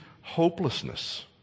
hopelessness